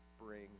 bring